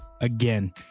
again